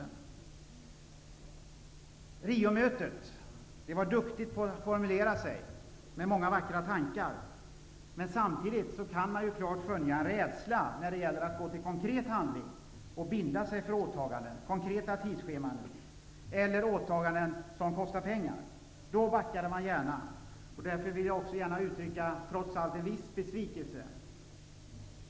Man var på Riomötet mycket duktig på att formulera sig i många vackra tankar. Samtidigt kan vi skönja en rädsla för att gå till konkret handling och binda sig för åtaganden -- konkreta tidsscheman eller åtaganden som kostar pengar. Då backar man gärna, och därför vill jag trots allt uttrycka en viss besvikelse.